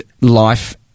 Life